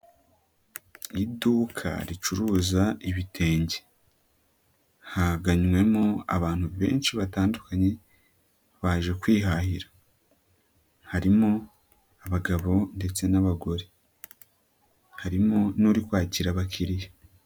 Iduka ricuruza ibitenge haganywemo abantu benshi batandukanye baje kwihahira, harimo abagabo ndetse n'abagore harimo n'uri kwakira abakiliya.